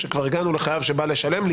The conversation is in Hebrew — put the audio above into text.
כשכבר הגענו לחייב שבא לשלם,